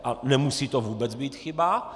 A nemusí to vůbec být chyba.